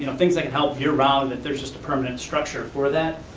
you know things that can help year-round, that there's just a permanent structure for that.